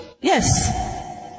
Yes